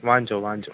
വാഞ്ചോ വാഞ്ചോ